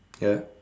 ya